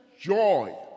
joy